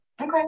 Okay